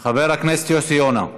חבר הכנסת יוסי יונה.